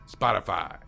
Spotify